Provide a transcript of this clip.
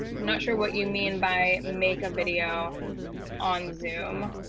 not sure what you mean by make a video on zoom.